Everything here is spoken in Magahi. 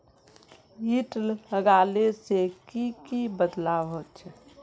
किट लगाले से की की बदलाव होचए?